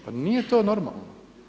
Pa nije to normalno.